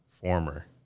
former